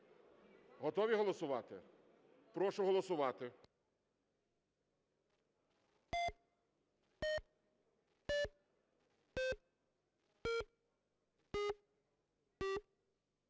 Готові голосувати? Прошу голосувати.